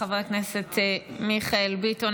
חבר הכנסת מיכאל ביטון,